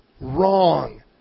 wrong